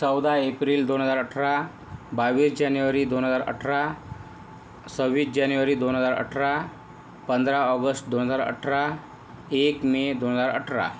चौदा एप्रिल दोन हजार अठरा बावीस जानेवारी दोन हजार अठरा सव्वीस जानेवारी दोन हजार अठरा पंधरा ऑगस्ट दोन हजार अठरा एक मे दोन हजार अठरा